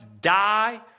die